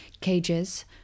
cages